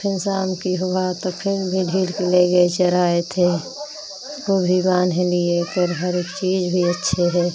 फिर शाम को हुआ तो फिर भी ढील के ले गए चराए थे उसको भी बांध लिए कर हर एक चीज़ भी अच्छी है